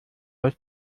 aus